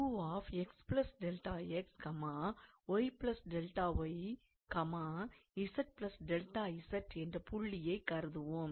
நாம் என்ற புள்ளியைக் கருதுவோம்